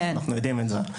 אנחנו יודעים את זה.